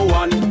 one